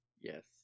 Yes